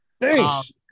Thanks